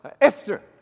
Esther